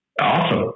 awesome